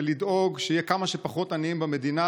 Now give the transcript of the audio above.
לדאוג שיהיו כמה שפחות עניים במדינה.